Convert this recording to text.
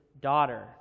daughter